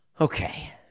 Okay